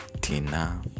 Tina